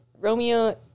Romeo